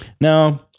Now